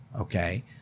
Okay